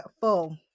full